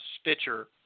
Stitcher